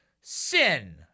sin